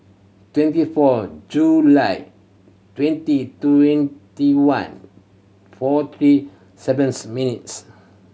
twenty four July twenty twenty one four three sevens minutes